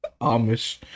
Amish